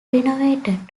renovated